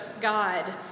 God